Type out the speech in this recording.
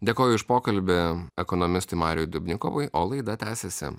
dėkoju už pokalbį ekonomistui mariui dubnikovui o laida tęsiasi